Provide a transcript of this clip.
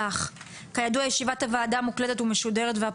כידוע ישיבת הוועדה משודרת ומוקלטת,